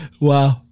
Wow